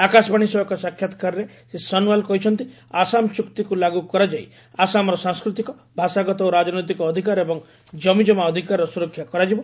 ଆକାଶବାଣୀ ସହ ଏକ ସାକ୍ଷାତକାରରେ ଶ୍ରୀ ସୋନୱାଲ କହିଛନ୍ତି ଆସାମ ଚୁକ୍ତିକୁ ଲାଗୁ କରାଯାଇ ଆସାମର ସାଂସ୍କୃତିକ ଭାଷାଗତ ଓ ରାଜନୈତିକ ଅଧିକାର ଏବଂ ଜମିଜମା ଅଧିକାରର ସୁରକ୍ଷା କରାଯିବ